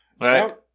Right